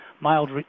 Mild